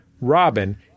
Robin